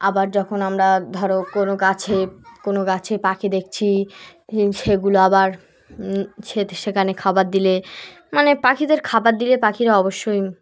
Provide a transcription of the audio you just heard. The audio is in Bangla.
আবার যখন আমরা ধরো কোনো গাছে কোনো গাছে পাখি দেখছি সেগুলো আবার সে সেখানে খাবার দিলে মানে পাখিদের খাবার দিলে পাখিরা অবশ্যই